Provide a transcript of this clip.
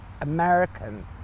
American